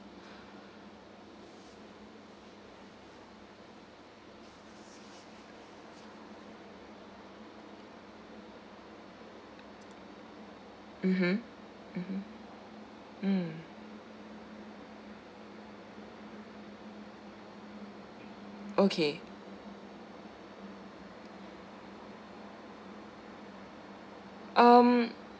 mmhmm mmhmm mm okay um